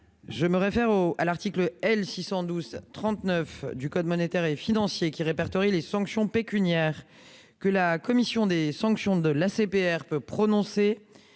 consommation. L'article L. 612-39 du code monétaire et financier répertorie les sanctions pécuniaires que la commission des sanctions de l'ACPR peut prononcer